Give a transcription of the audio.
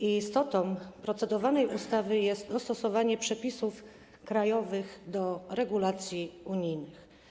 Istotą procedowanej ustawy jest dostosowanie przepisów krajowych do regulacji unijnych.